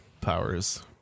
powers